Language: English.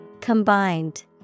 Combined